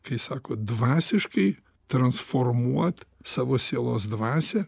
kai sako dvasiškai transformuot savo sielos dvasią